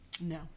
No